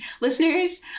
listeners